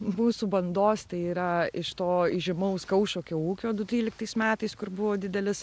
iš mūsų bandos tai yra iš to įžymaus kaušakio ūkio du tryliktais metais kur buvo didelis